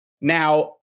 Now